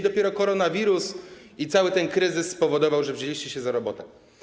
Dopiero koronawirus i cały ten kryzys spowodowały, że wzięliście się za robotę.